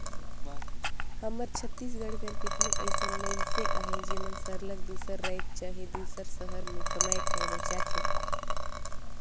हमर छत्तीसगढ़ कर केतनो अइसन मइनसे अहें जेमन सरलग दूसर राएज चहे दूसर सहर में कमाए खाए बर जाथें